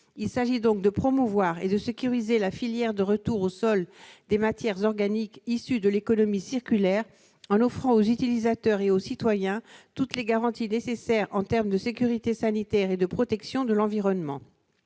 Il s'agit donc de promouvoir et de sécuriser la filière de retour aux sols des matières organiques issues de l'économie circulaire, en offrant aux utilisateurs et aux citoyens toutes les garanties nécessaires en termes de sécurité sanitaire et de protection de l'environnement.